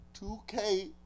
2K